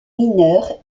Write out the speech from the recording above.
mineures